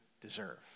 deserve